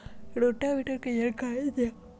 Rotavator के जानकारी दिआउ?